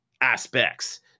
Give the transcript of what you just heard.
aspects